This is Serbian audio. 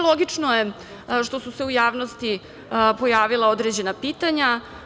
Logično je što su se u javnosti pojavila određena pitanja.